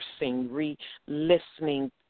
re-listening